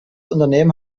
unternehmen